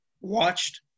watched